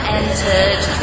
entered